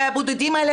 והבודדים האלה,